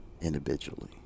individually